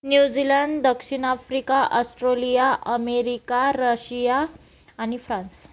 New Zealand दक्षिण Africa Australia America Russia आणि France